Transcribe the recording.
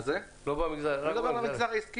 שיש בהם גם מילואים וגם סדיר.